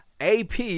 AP